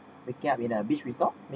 waking up in a beach resort